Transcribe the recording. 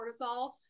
cortisol